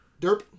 Derp